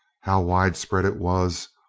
how widespread it was,